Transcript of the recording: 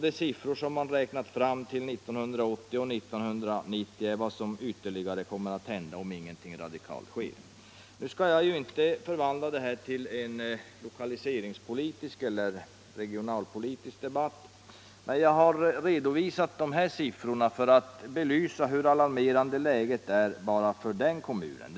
De siffror som man räknat fram till 1980 och 1990 kommer att gälla om ingenting radikalt sker. Jag vill inte åstadkomma en lokaliseringspolitisk eller regionalpolitisk debatt här i dag. Jag har redovisat dessa siffror enbart för att belysa hur alarmerande läget är för en enstaka kommun som Pajala.